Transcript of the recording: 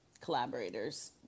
collaborators